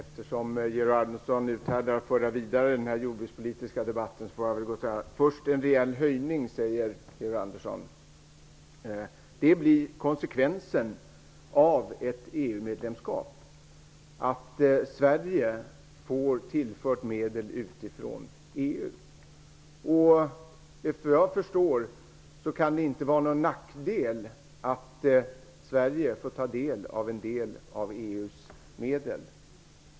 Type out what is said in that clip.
Herr talman! Georg Andersson framhärdar i att föra denna jordbrukspolitiska debatt vidare. Först en rejäl höjning, säger Georg Andersson. Konsekvensen av ett EU-medlemskap blir att Sverige får tillfört medel från EU. Såvitt jag förstår kan det inte vara någon nackdel att Sverige får ta del av EU:s medel.